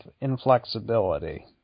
inflexibility